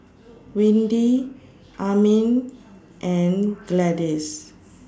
Windy Amin and Gladyce